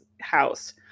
house